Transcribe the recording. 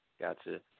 Gotcha